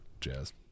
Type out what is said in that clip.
jazz